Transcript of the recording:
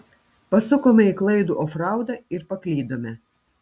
pasukome į klaidų ofraudą ir paklydome